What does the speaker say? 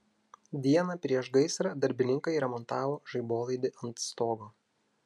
dieną prieš gaisrą darbininkai remontavo žaibolaidį ant stogo